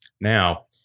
now